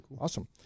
Awesome